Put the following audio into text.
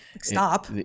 stop